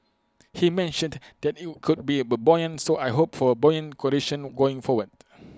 he mentioned that IT could be buoyant so I hope for A buoyant conditions going forward